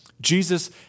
Jesus